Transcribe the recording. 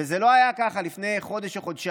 וזה לא היה ככה לפני חודש-חודשיים.